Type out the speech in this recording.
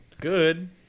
Good